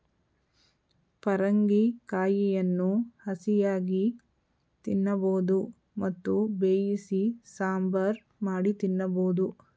ಪರಂಗಿ ಕಾಯಿಯನ್ನು ಹಸಿಯಾಗಿ ತಿನ್ನಬೋದು ಮತ್ತು ಬೇಯಿಸಿ ಸಾಂಬಾರ್ ಮಾಡಿ ತಿನ್ನಬೋದು